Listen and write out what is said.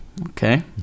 Okay